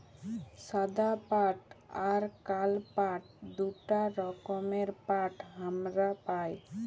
সাদা পাট আর কাল পাট দুটা রকমের পাট হামরা পাই